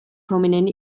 prominent